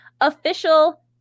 official